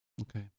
Okay